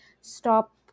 stop